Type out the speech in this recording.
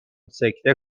سکته